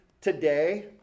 today